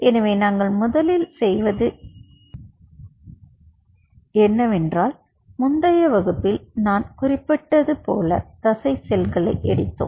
எனவே நாங்கள் முதலில் செய்தது என்னவென்றால் முந்தைய வகுப்பில் நான் குறிப்பிட்டது போல் தசை செல்களை எடுத்தோம்